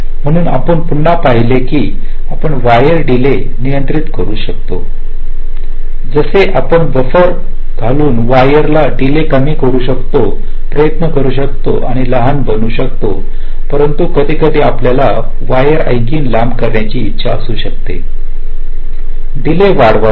म्हणून आपण पुन्हा पाहिले की आपण वायर डीले नियंत्रित करू शकतो जसे की आपण बफर घालून वायरला डीले कमी करू शकतो प्रयत्न करू शकतो आणि लहान बनवू शकतो परंतु कधीकधी आपल्याला वायर आणखी लांब करायची इच्छा असू शकते डीले वाढवावा